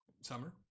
summer